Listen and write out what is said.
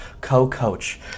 co-coach